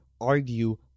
argue